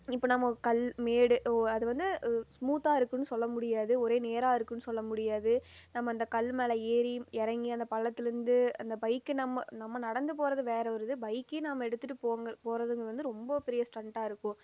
இப்போ நமக்கு கல் மேடு ஓ அதுவந்து ஸ்மூத்தாக இருக்கும்னு சொல்ல முடியாது ஒரே நேராக இருக்கும்னு சொல்ல முடியாது நம்ம அந்த கல் மேலே ஏறி இறங்கி அந்த பள்ளத்தில் இருந்து அந்த பைக்கை நம்ம நம்ம நடந்து போவது வேறு ஒரு இது பைக்கையே நம்ம எடுத்துகிட்டு போவது போவதுங்கறது வந்து ரொம்ப பெரிய ஸ்டண்ட்டாக இருக்கும்